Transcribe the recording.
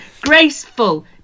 Graceful